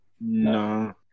No